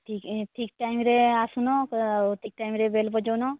ଠିକ୍ ଠିକ୍ ଟାଇମ୍ରେ ଆସୁନ ଆଉ ଠିକ୍ ଟାଇମ୍ରେ ବେଲ୍ ବଜାଉନ